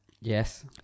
Yes